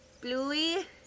Bluey